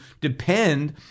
depend